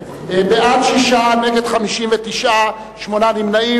בעד, 6, נגד, 59, שמונה נמנעים.